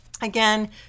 Again